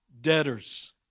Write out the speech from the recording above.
debtors